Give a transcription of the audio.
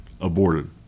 aborted